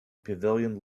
pavilion